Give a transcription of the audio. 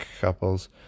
couples